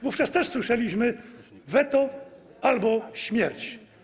Wówczas też słyszeliśmy: Weto albo śmierć.